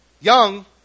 Young